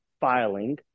filing